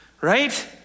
right